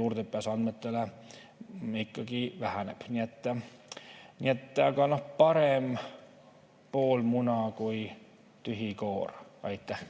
juurdepääs andmetele ikkagi väheneb. Aga no parem pool muna kui tühi koor. Aitäh!